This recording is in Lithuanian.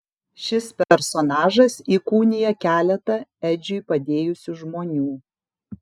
šis personažas įkūnija keletą edžiui padėjusių žmonių